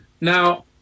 Now